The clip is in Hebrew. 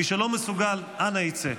מי שלא מסוגל, אנא יצא.